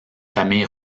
famille